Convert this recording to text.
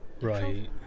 Right